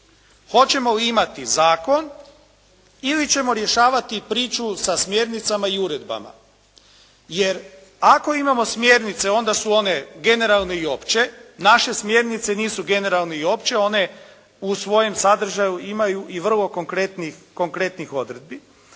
hoćemo li imati zakon ili ćemo rješavati priču sa smjernicama i uredbama. Jer ako imamo smjernice onda su one generalne i opće. Naše smjernice nisu generalne i opće, one u svojem sadržaju imaju i vrlo konkretnih odredbi.